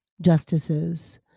justices